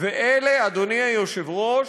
ואלה, אדוני היושב-ראש,